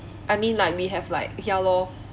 I mean like we have like ya lor